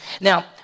Now